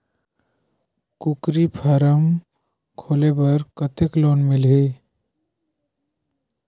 कूकरी फारम खोले बर कतेक लोन मिलही?